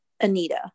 Anita